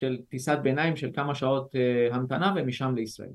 ‫של טיסת ביניים של כמה שעות ‫המתנה ומשם לישראל.